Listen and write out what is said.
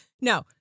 No